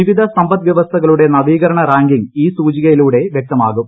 വിവിധ സമ്പദ് വൃവസ്ഥകളുടെ നവീകരണ റാങ്കിങ് ഈ സൂചികയിലൂടെ വ്യക്തമാകും